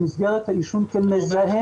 במסגרת העישון כמזהם